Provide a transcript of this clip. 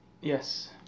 Yes